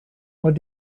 what